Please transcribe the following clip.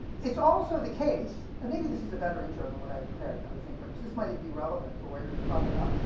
it's also the case and maybe this is a better intro than what i've prepared, come to think of it, cause this might even be relevant for what you're going to talk about,